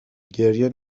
گریه